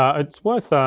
ah it's worth,